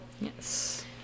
Yes